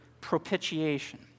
propitiation